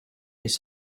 his